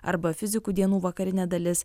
arba fizikų dienų vakarinė dalis